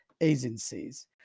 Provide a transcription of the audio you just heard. agencies